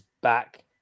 back